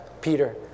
Peter